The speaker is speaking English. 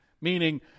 Meaning